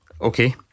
Okay